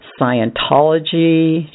Scientology